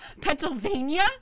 Pennsylvania